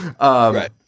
right